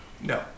no